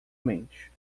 mente